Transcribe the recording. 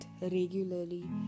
regularly